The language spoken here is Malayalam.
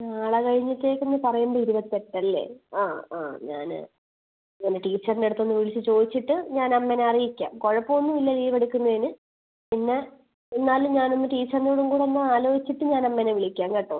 നാളെ കഴിഞ്ഞത്തേക്കെന്ന് പറയുമ്പോൾ ഇരുപത്തെട്ടല്ലേ ആ ആ ഞാൻ ഇവന്റെ ടീച്ചർൻ്റടുത്തൊന്ന് വിളിച്ച് ചോദിച്ചിട്ട് ഞാനമ്മേനറിയിക്കാം കുഴപ്പമൊന്നുവില്ല ലീവെടുക്കുന്നതിന് പിന്നെ എന്നാലും ഞാനൊന്ന് ടീച്ചർനോടും കൂടൊന്നാലോചിച്ചിട്ട് ഞാനമ്മേനെ വിളിക്കാം കേട്ടോ